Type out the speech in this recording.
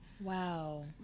wow